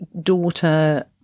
daughter